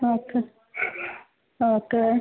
okay okay